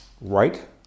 Right